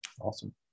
Awesome